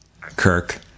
Kirk